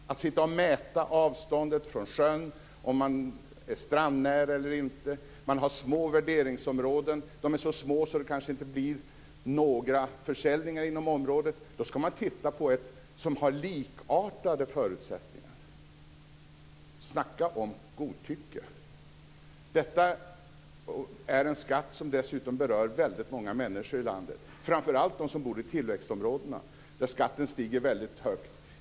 Man ska sitta och mäta avståndet från sjön, om det är strandnära eller inte. Man har små värderingsområden - så små att det kanske inte blir några försäljningar inom området, och då ska man titta på ett som har "likartade" förutsättningar. Snacka om godtycke! Detta är dessutom en skatt som berör väldigt många människor i landet, framför allt dem som bor i tillväxtområdena, där skatten stiger väldigt högt.